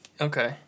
Okay